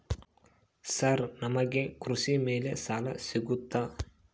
Sir ನಮಗೆ ಕೃಷಿ ಮೇಲೆ ಸಾಲ ಸಿಗುತ್ತಾ?